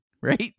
Right